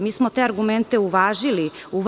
Mi smo te argumente uvažili.